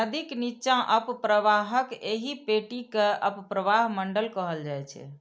नदीक निच्चा अवप्रवाहक एहि पेटी कें अवप्रवाह मंडल कहल जाइ छै